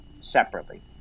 separately